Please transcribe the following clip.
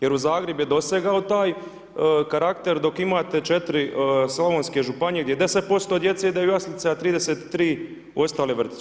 Jer u Zagreb je dosegao taj karakter, dok imate 4 slavonske županije, gdje 10% djece ide u jaslice, a 33 u ostale vrtiće.